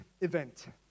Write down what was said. event